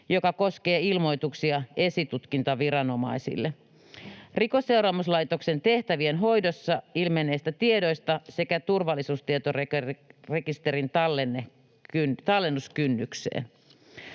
jotka koskevat ilmoituksia esitutkintaviranomaisille Rikosseuraamuslaitoksen tehtävien hoidossa ilmenneistä tiedoista, sekä turvallisuustietorekisterin tallennuskynnykseen.